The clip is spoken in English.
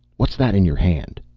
what's that in your hand?